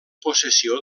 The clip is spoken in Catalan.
possessió